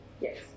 Yes